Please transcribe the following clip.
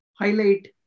highlight